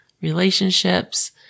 relationships